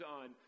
on